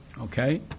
Okay